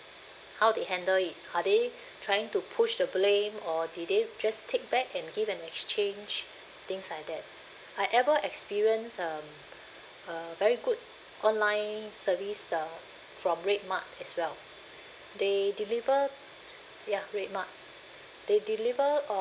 how they handle it are they trying to push the blame or did they just take back and give an exchange things like that I ever experience um a very good s~ online service uh from redmart as well they deliver ya redmart they deliver